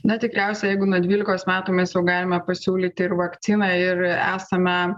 na tikriausiai jeigu nuo dvylikos metų mes jau galime pasiūlyti ir vakciną ir esame